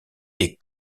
des